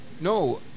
No